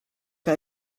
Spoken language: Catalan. que